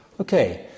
Okay